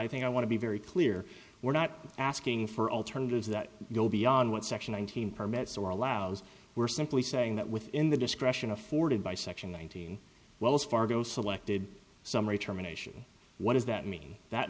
i think i want to be very clear we're not asking for alternatives that go beyond what section one thousand permits or allows we're simply saying that within the discretion afforded by section one thousand wells fargo selected summary terminations what does that mean that